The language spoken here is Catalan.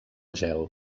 gel